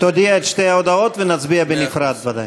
תודיע את שתי ההודעות, ונצביע בנפרד, ודאי.